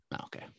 Okay